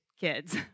kids